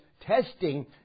testing